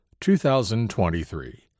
2023